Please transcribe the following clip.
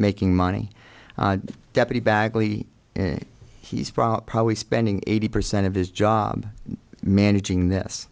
making money deputy bagley and he's probably spending eighty percent of his job managing this